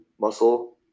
muscle